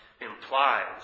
implies